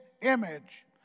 image